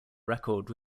record